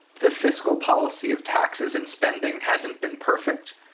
the fiscal policy of taxes and spending hasn't been perfect,